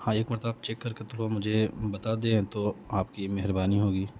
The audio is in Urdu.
ہاں ایک مرتبہ آپ چیک کر کے تھوڑا مجھے بتا دیں تو آپ کی مہربانی ہوگی